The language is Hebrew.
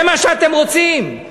זה מה שאתם רוצים?